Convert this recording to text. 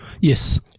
yes